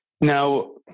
Now